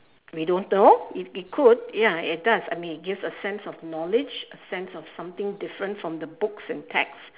we don't know it it could ya it does I mean it gives a sense of knowledge a sense of something different from the books and text